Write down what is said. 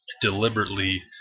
deliberately